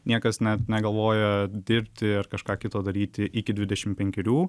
niekas net negalvoja dirbti ar kažką kito daryti iki dvidešim penkerių